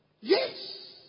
Yes